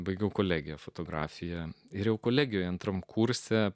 baigiau kolegiją fotografiją ir jau kolegijoje antram kurse